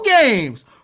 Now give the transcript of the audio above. games